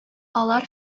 алар